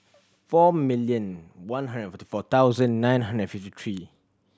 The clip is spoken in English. four million one hundred forty four thousand nine hundred and fifty three